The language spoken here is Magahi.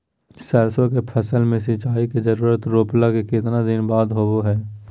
सरसों के फसल में सिंचाई के जरूरत रोपला के कितना दिन बाद होबो हय?